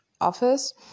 office